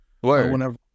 whenever